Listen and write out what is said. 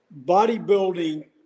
Bodybuilding